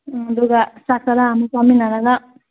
ꯎꯝ ꯑꯗꯨꯒ ꯆꯥꯛ ꯆꯔꯥ ꯑꯃ ꯆꯥꯃꯤꯟꯅꯔꯒ